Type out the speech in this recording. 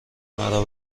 مرا